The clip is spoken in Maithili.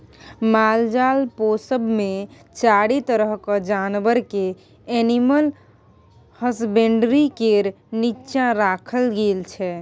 मालजाल पोसब मे चारि तरहक जानबर केँ एनिमल हसबेंडरी केर नीच्चाँ राखल गेल छै